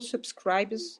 subscribers